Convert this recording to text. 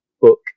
book